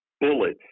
bullets